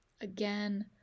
again